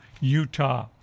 Utah